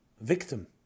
victim